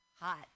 hot